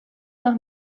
nach